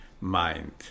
mind